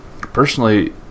personally